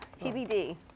TBD